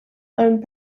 owned